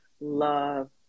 love